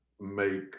make